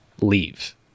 leave